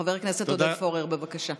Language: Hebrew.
חבר הכנסת עודד פורר, בבקשה.